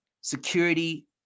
security